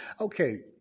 Okay